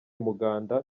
umuganda